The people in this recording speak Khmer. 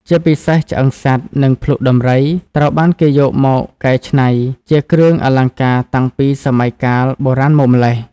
ជាពិសេស ឆ្អឹងសត្វ និងភ្លុកដំរី ត្រូវបានគេយកមកកែច្នៃជាគ្រឿងអលង្ការតាំងពីសម័យកាលបុរាណមកម្ល៉េះ។